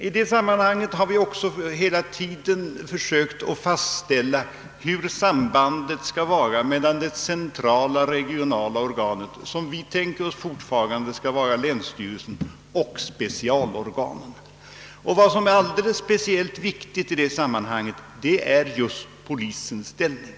I det sammanhanget har vi också sökt fastställa hur sambandet skall utformas mellan det centrala regionala organet, som vi tänker oss fortfarande skall vara länsstyrelsen, och specialorganen. Vad som är särskilt viktigt i det sammanhanget är just polisens ställning.